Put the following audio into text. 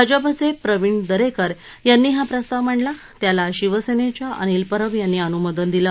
भाजपाचे प्रवीण दरेकर यांनी हा प्रस्ताव मांडला त्याला शिवसेनेच्या अनिल परब यांनी अन्मोदन दिलं